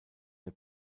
der